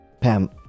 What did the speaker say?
Pam